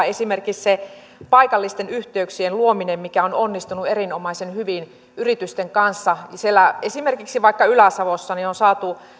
esimerkiksi siinä paikallisten yhteyksien luomisessa mikä on onnistunut erinomaisen hyvin yritysten kanssa siellä esimerkiksi vaikka ylä savossa on saatu